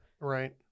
right